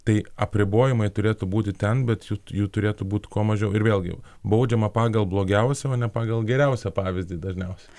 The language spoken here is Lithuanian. tai apribojimai turėtų būti ten bet jų turėtų būt kuo mažiau ir vėlgi jau baudžiama pagal blogiausią o ne pagal geriausią pavyzdį dažniausiai